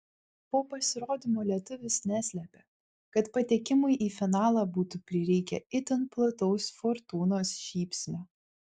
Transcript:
po pasirodymo lietuvis neslėpė kad patekimui į finalą būtų prireikę itin plataus fortūnos šypsnio